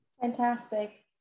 Fantastic